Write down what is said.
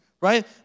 right